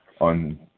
on